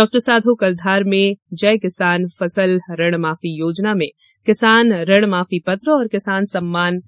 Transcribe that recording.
डॉ साधो कल धार में जय किसान फसल ऋण माफी योजना में किसान ऋण माफी पत्र और किसान सम्मान